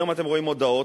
היום אתם רואים מודעות,